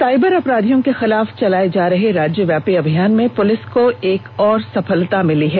cyber अपराधियों के खिलाफ चलाये जा रहे राज्यव्यापी अभियान में पुलिस को एक और सफलता मिली है